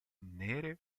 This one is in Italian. nere